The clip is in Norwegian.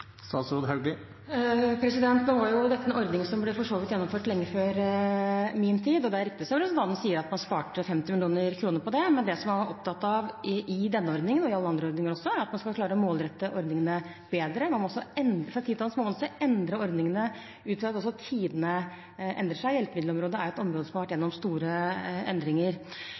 Nå er dette en ordning som for så vidt ble gjennomført lenge før min tid. Det er riktig, som representanten sier, at man sparte 50 mill. kr på det, men det man er opptatt av i forbindelse med denne ordningen og alle andre ordninger, er at man skal klare å målrette ordningene bedre. Fra tid til annen må man endre ordningene ut fra at tidene endrer seg. Hjelpemiddelområdet er et område som har vært gjennom store endringer.